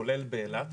כולל באילת,